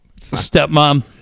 Stepmom